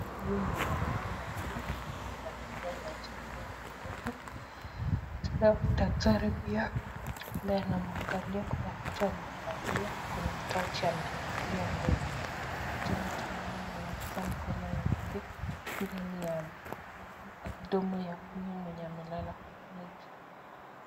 Huyu mwenye ameona juu amevalia macho nne nyekundu, tena daktari pia ambaye ana mwangalia kuna kitu amevalia kuna tochi ameshikilia mbele tena tunaona ameingiza mkono yake ndani ya mdomo ya huyu mwenye amelala akiangalia juu.